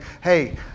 Hey